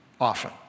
often